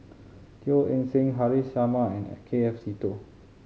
Teo Eng Seng Haresh Sharma and K F Seetoh